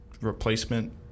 replacement